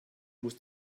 muss